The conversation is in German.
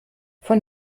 von